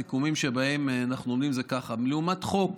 הסיכומים שבהם אנחנו עומדים זה ככה: לעומת החוק